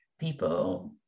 people